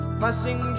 passing